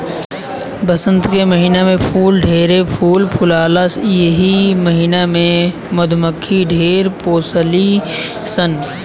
वसंत के महिना में फूल ढेरे फूल फुलाला एही महिना में मधुमक्खी ढेर पोसली सन